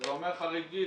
זה אומר חריג גיל,